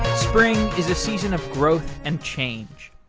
spring is a season of growth and change.